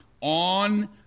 On